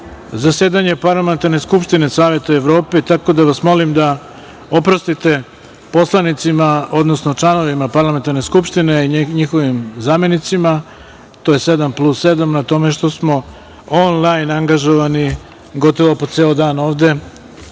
zasedanje Parlamentarne skupštine Saveta Evrope, tako da vas molim da oprostite poslanicima, odnosno članovima Parlamentarne skupštine i njihovim zamenicima, to je sedam plus sedam, na tome što smo onlajn angažovani gotovo po ceo dan ovde